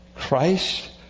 Christ